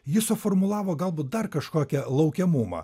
jis suformulavo galbūt dar kažkokią laukiamumą